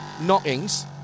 knockings